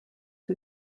who